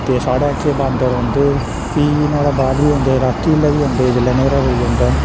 ते साढ़ै इत्थे बांदर औंदे फ्ही बी नुहाड़े बाद बी औंदे रातीं लै बी औंदे जेल्लै न्हेरा पेई जंदा